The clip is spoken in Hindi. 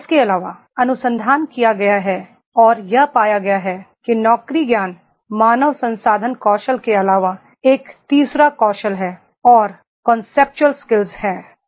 इसके अलावा अनुसंधान किया गया है और यह पाया गया है कि नौकरी ज्ञान मानव संसाधन कौशल के अलावा एक तीसरा कौशल है और यह कांसेप्चुअल स्किल्स है